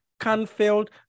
Canfield